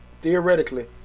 theoretically